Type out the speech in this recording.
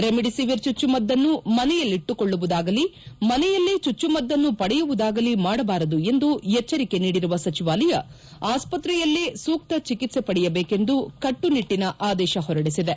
remdesivir ಚುಚ್ಚುಮದ್ದನ್ನು ಮನೆಯಲ್ಲಿಟ್ಟುಕೊಳ್ಳುವುದಾಗಲೀ ಮನೆಯಲ್ಲೇ ಚುಚ್ಚುಮದ್ದನ್ನು ಪಡೆಯುವುದಾಗಲೀ ಮಾಡಬಾರದು ಎಂದು ಎಚ್ಚರಿಕೆ ನೀಡಿರುವ ಸಚಿವಾಲಯ ಆಸ್ಪತ್ರೆಯಲ್ಲೇ ಸೂಕ್ತ ಚಿಕಿತ್ವೆ ಪಡೆಯಬೇಕೆಂದು ಕಟ್ಟುನಿಟ್ಟನ ಆದೇಶ ಹೊರಡಿಸಿದೆ